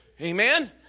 Amen